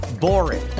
boring